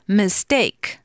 mistake